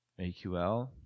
AQL